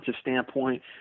standpoint